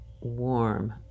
WARM